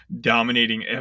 dominating